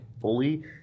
fully